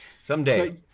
Someday